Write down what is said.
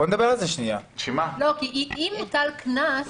ברגע שמוטל קנס